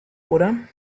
oder